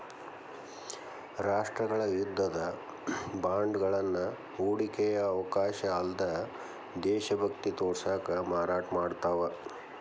ರಾಷ್ಟ್ರಗಳ ಯುದ್ಧದ ಬಾಂಡ್ಗಳನ್ನ ಹೂಡಿಕೆಯ ಅವಕಾಶ ಅಲ್ಲ್ದ ದೇಶಭಕ್ತಿ ತೋರ್ಸಕ ಮಾರಾಟ ಮಾಡ್ತಾವ